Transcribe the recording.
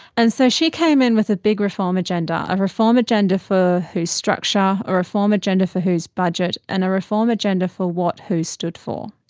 and so she came in with a big reform agenda, a a reform agenda for who's structure, a reform agenda for who's budget, and a reform agenda for what who stood for.